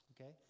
Okay